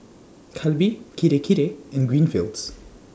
Calbee Kirei Kirei and Greenfields